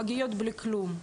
הן מגיעות בלי כלום.